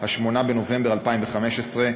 8 בנובמבר 2015,